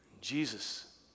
Jesus